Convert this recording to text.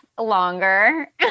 Longer